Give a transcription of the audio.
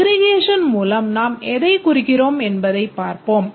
aggregation மூலம் நாம் எதைக் குறிக்கிறோம் என்பதைப் பார்ப்போம்